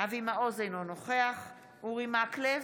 אבי מעוז, אינו נוכח אורי מקלב,